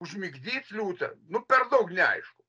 užmigdyt liūtą nu per daug neaišku